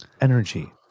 energy